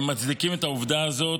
הם המצדיקים את העובדה הזאת,